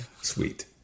sweet